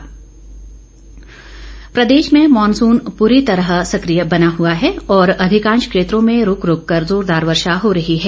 मौसम प्रदेश में मॉनसून पूरी तरह सक्रिय बना हुआ है और अधिकांश क्षेत्रों में रुक रुक कर जोरदार वर्षा हो रही है